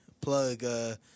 plug